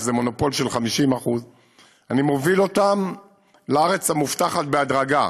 שזה מונופול של 50% אני מוביל אותם לארץ המובטחת בהדרגה,